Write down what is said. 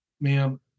ma'am